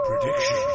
Prediction